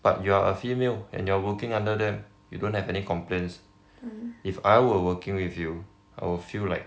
but you are a female and you're working under them you don't have any complaints if I were working with you I will feel like